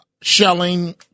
shelling